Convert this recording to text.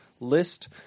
list